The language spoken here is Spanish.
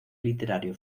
literario